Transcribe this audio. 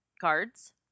cards